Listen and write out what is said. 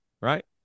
right